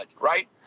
right